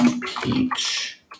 Peach